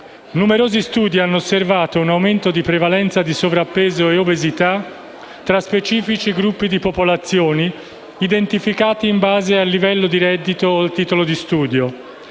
Numerosi studi hanno osservato un aumento di prevalenza di sovrappeso e obesità tra specifici gruppi di popolazioni identificati in base al livello di reddito o titolo di studio.